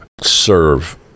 serve